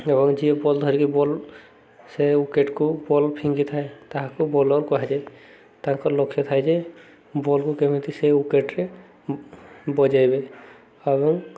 ଏବଂ ଯିଏ ବଲ୍ ଧରିକି ବଲ୍ ସେ ଉକେଟ୍କୁ ବଲ୍ ଫିଙ୍ଗିଥାଏ ତାହାକୁ ବୋଲର୍ କୁହାଯାଏ ତାଙ୍କ ଲକ୍ଷ୍ୟ ଥାଏ ଯେ ବଲ୍କୁ କେମିତି ସେ ଉକେଟ୍ରେ ବଜେଇବେ ଏବଂ